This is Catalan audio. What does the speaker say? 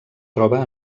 troba